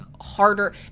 harder